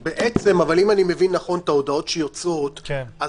בעצם, אם אני מבין נכון את ההודעות שיוצאות, אז